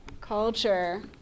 Culture